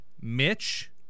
Mitch